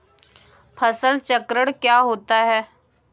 फसल चक्रण क्या होता है?